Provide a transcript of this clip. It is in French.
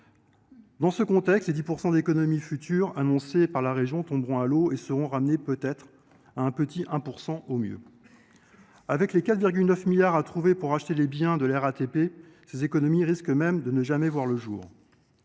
Dans ce contexte, les 10 % d’économies futures annoncées par la région tomberont à l’eau et seront ramenés à 1 %, au mieux. Avec les 4,9 milliards d’euros à trouver pour racheter les biens de la RATP, ces économies risquent même de ne jamais voir le jour.